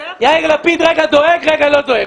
יאיר לפיד, רגע דואג, רגע לא דואג.